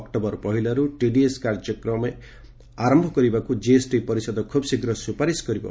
October ପହିଲାରୁ TDS ପର୍ଯ୍ୟକ୍ରମେ ଆରମ୍ଭ କରିବାକୁ ଜିଏସଟି ପରିଷଦ ଖୁବ୍ ଶୀଘ୍ର ସୁପାରିସ କରିବ